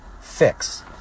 fix